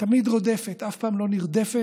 תמיד רודפת, אף פעם לא נרדפת.